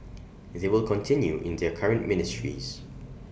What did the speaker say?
they will continue in their current ministries